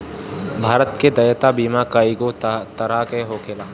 भारत में देयता बीमा कइगो तरह के होखेला